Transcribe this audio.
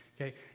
Okay